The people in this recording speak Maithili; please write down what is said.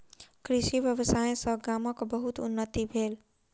कृषि व्यवसाय सॅ गामक बहुत उन्नति भेल